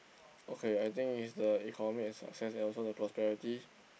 okay I think is the economic and success and also the prosperity